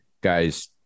guys